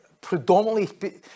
predominantly